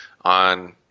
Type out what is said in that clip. on